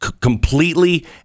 completely